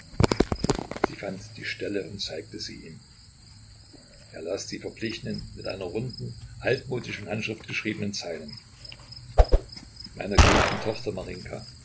sie fand die stelle und zeigte sie ihm er las die verblichenen mit einer runden altmodischen handschrift geschriebenen zeilen meiner geliebten tochter